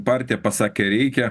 partija pasakė reikia